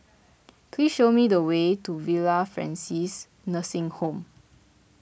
please show me the way to Villa Francis Nursing Home